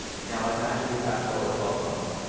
now let's magically fast forward twelve months,